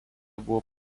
buvo